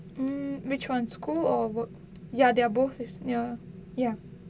hmm which one school or work ya they're both is near ya